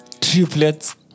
triplets